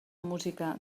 música